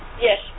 yes